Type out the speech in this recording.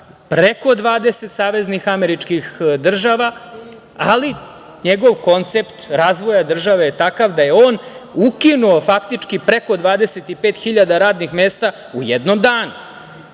preko 20 saveznih američkih država, ali njegov koncept razvoja države je takav da je on ukinuo faktički preko 25.000 radnih mesta u jednom danu. Sad,